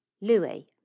Louis